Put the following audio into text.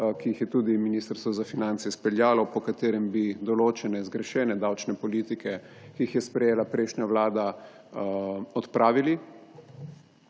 ki jih je tudi Ministrstvo za finance izpeljalo, po katerem bi določene zgrešene davčne politike, ki jih je sprejela prejšnja vlada, odpravili.